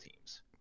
teams